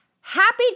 Happy